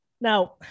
Now